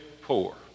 poor